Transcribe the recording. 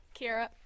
Kira